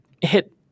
hit